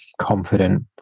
confident